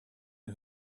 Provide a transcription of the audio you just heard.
who